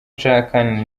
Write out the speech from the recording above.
nshaka